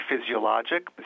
physiologic